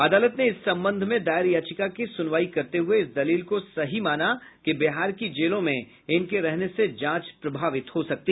अदालत ने इस संबंध में दायर याचिका की सुनवाई करते हुये इस दलील को सही माना कि बिहार की जेलों में इनके रहने से जांच प्रभावित हो सकती है